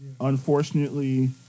Unfortunately